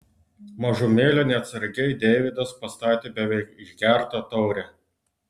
mažumėlę neatsargiai deividas pastatė beveik išgertą taurę